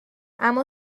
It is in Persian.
اما